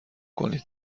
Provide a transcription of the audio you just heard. کنید